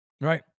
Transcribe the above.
right